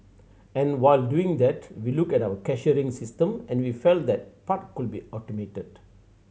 and while doing that we looked at our cashiering system and we felt that part could be automated